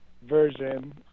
version